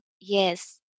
yes